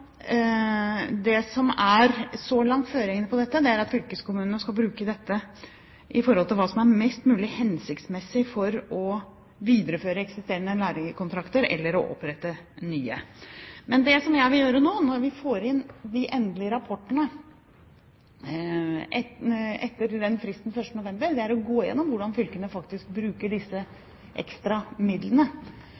så langt er føringene for dette, er at fylkeskommunen skal bruke dette til hva som er mest mulig hensiktsmessig for å videreføre eksisterende lærlingkontrakter eller opprette nye. Men det jeg vil gjøre nå når vi får inn de endelige rapportene etter fristen 1. november, er å gå igjennom hvordan fylkene faktisk bruker disse